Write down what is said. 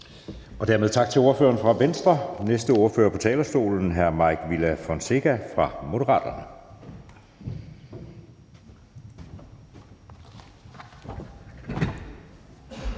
Dermed tak til ordføreren for Venstre. Den næste ordfører på talerstolen er hr. Mike Villa Fonseca fra Moderaterne.